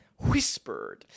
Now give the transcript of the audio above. whispered